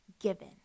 given